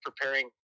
preparing